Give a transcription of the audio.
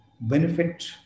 benefit